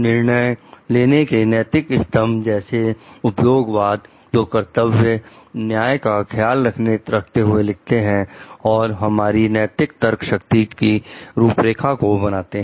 निर्णय लेने के नैतिक स्तंभ जैसे उपयोग वाद जो कर्तव्य न्याय का ख्याल रखते हुए लिखते हैं और हमारी नैतिक तर्क शक्ति की रूपरेखा को बनाते हैं